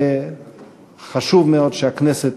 וחשוב מאוד שהכנסת